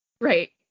Right